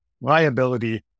liability